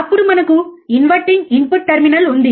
అప్పుడు మనకు inverting input terminal ఉంది